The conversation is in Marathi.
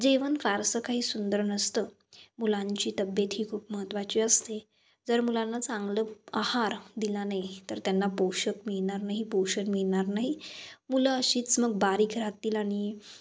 जेवन फारसं काही सुंदर नसतं मुलांची तब्येत ही खूप महत्त्वाची असते जर मुलांना चांगलं आहार दिला नाही तर त्यांना पोषक मिळणार नाही पोषण मिळणार नाही मुलं अशीच मग बारीक राहतील आणि